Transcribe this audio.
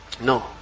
No